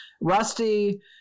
rusty